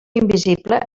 invisible